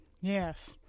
Yes